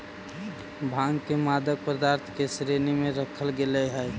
भाँग के मादक पदार्थ के श्रेणी में रखल गेले हइ